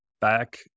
back